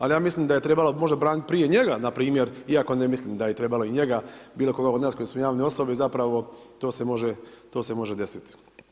Ali ja mislim da je trebalo možda braniti prije njega npr., iako ne mislim da je trebalo i njega, bilo koga od nas koji smo javne osobe, zapravo to se može desiti.